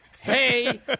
Hey